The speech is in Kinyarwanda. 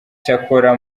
cyakora